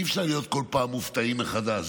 אי-אפשר להיות מופתעים כל פעם מחדש.